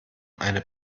eine